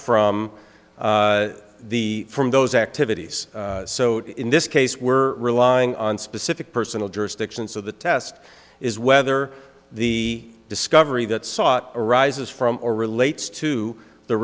from the from those activities so in this case we're relying on specific personal jurisdiction so the test is whether the discovery that sought arises from or relates to the